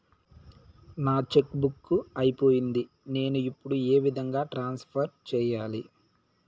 నా cheque book అయిపోయింది నేను ఇప్పుడు ఏ విధంగా ట్రాన్స్ఫర్ సేయాలి?